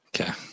Okay